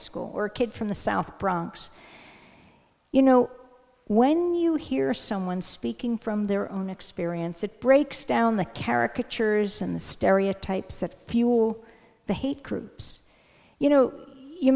school or kid from the south bronx you know when you hear someone speaking from their own experience it breaks down the caricature and the stereotypes that fuel the hate groups you know you